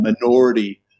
minority